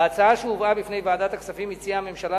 בהצעה שהובאה בפני ועדת הכספים הציעה הממשלה